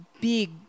big